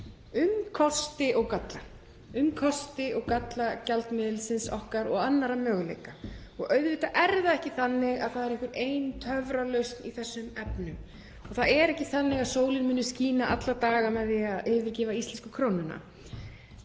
að opna á samtal um kosti og galla gjaldmiðilsins okkar og annarra möguleika. Auðvitað er það ekki þannig að það sé einhver ein töfralausn í þeim efnum. Það er ekki þannig að sólin muni skína alla daga með því að við yfirgefum íslensku krónuna.